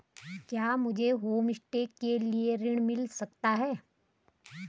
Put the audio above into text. क्या मुझे होमस्टे के लिए ऋण मिल सकता है?